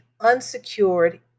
unsecured